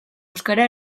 euskara